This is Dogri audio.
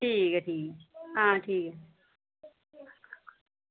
ठीक ऐ ठीक हां ठीक